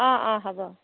অঁ অঁ হ'ব